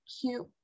cute